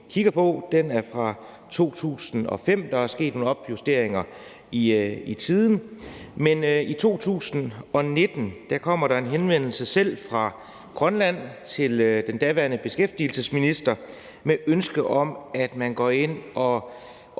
kigger på, fra 2005. Der er sket nogle justeringer siden, men i 2019 kommer der en henvendelse fra Grønland til den daværende beskæftigelsesminister med et ønske om, at man går ind og